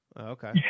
Okay